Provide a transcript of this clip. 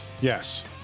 Yes